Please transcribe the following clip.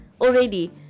already